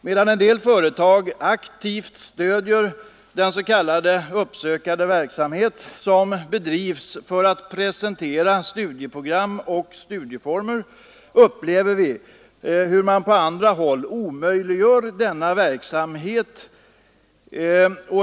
Medan en del företag aktivt stöder den s.k. uppsökande verksamhet som bedrivs för att presentera studieprogram och studieformer, upplever vi hur man på andra håll omöjliggör denna verksamhet.